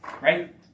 right